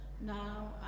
now